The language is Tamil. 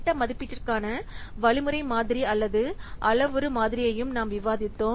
திட்ட மதிப்பீட்டிற்கான வழிமுறை மாதிரி அல்லது அளவுரு மாதிரியையும் நாம் விவாதித்தோம்